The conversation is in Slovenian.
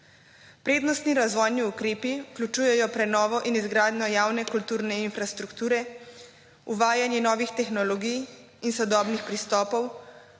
Prednostni razvojni ukrepi vključujejo prenovo in izgradnjo javne kulturne infrastrukture, uvajanje novih tehnologij in sodobnih pristopov